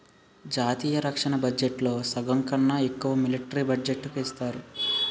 జాతీయ రక్షణ బడ్జెట్లో సగంకన్నా ఎక్కువ మిలట్రీ బడ్జెట్టుకే ఇస్తారు